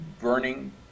burning